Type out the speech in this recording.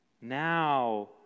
Now